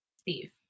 Steve